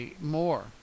more